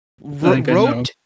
wrote